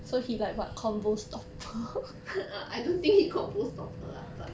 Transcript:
I don't think he convo stopper ah but